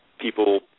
People